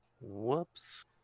Whoops